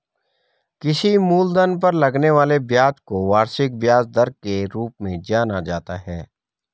किसी मूलधन पर लगने वाले ब्याज को वार्षिक ब्याज दर के रूप में जाना जाता है